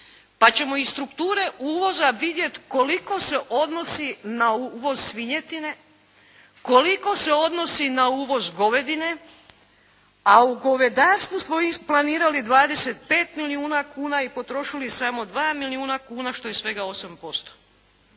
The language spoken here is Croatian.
pa ćemo iz strukture uvoza vidjet koliko se odnosi na uvoz svinjetine, koliko se odnosi na uvoz govedine, a u govedarstvu smo isplanirali 25 milijuna kuna i potrošili samo 2 milijuna kuna što je svega 8%.